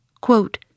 quote